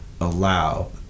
allow